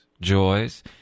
joys